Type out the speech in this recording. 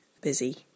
busy